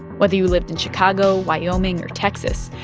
whether you lived in chicago, wyoming or texas,